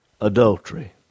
adultery